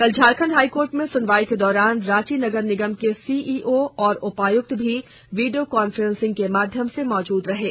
कल झारखंड हाईकोर्ट में सुनवाई के दौरान रांची नगर निगम के सीईओ और उपायुक्त भी वीडियो कॉन्फ्रेंसिंग के माध्यम र्स मौजूद थे